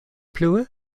plue